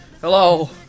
Hello